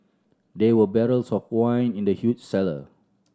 there were barrels of wine in the huge cellar